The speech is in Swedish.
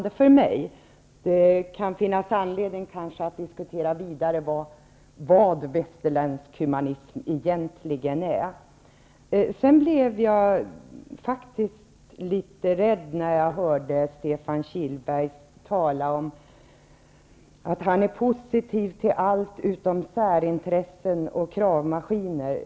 Det kan finnas anledning att diskutera vidare vad västerländsk humanism egentligen är. Jag blev litet rädd när jag hörde Stefan Kihlberg tala om att han är positiv till allt utom särintressen och kravmaskiner.